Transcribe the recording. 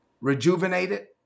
rejuvenated